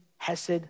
Hesed